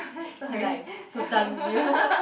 he like so done with you